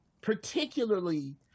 particularly